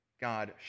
God